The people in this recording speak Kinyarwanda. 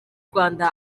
rwanda